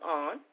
on